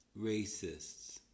racists